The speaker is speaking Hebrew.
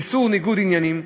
איסור ניגוד עניינים,